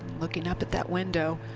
looking up at that window.